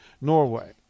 Norway